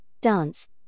dance